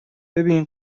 ببین